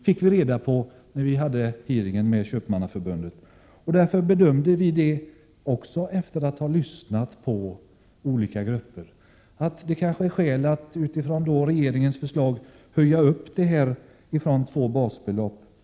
Efter att ha lyssnat på olika grupper bedömde vi att det fanns skäl att höja minimiersättningen från två basbelopp, som i regeringens förslag, till fyra basbelopp.